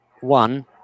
one